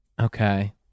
Okay